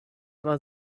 war